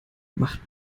macht